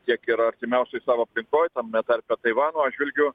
kiek ir artimiausioj savo aplinkoj tame tarpe taivano atžvilgiu